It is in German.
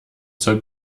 zur